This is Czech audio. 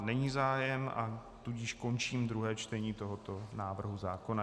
Není zájem, tudíž končím druhé čtení tohoto návrhu zákona.